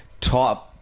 top